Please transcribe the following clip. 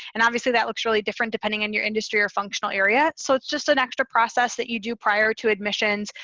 and obviously that looks really different depending on your industry or functional area. so it's just an extra process that you do prior to admissions.